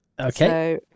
Okay